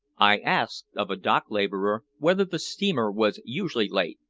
i asked of a dock laborer whether the steamer was usually late,